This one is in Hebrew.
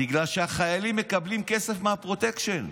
בגלל שהחיילים מקבלים כסף מהפרוטקשן,